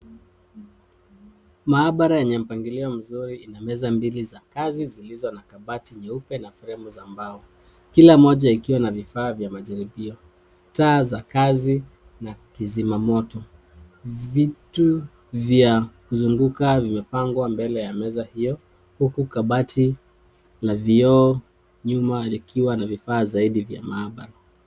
Mahabara yenye mpangilio mzuri ina meza mbili za kazi zilizo na kabati nyeupe na fremu za mbao. Kila moja ikiwa na vifaa vya majaribio, taa za kazi na kizima moto. Vitu vya kuzunguka vimepangwa mbele ya meza hiyo, huku kabati la vioo nyuma likiwa na vifaa zaidi vya mahabara.